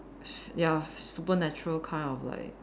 sh~ ya supernatural kind of like